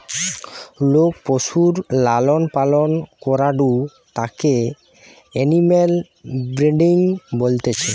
লোক পশুর লালন পালন করাঢু তাকে এনিম্যাল ব্রিডিং বলতিছে